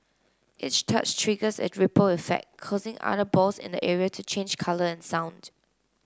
each touch triggers a ripple effect causing other balls in the area to change colour and sound